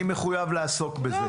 אני מחויב לעסוק בזה.